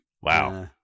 Wow